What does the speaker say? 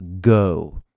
go